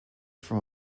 from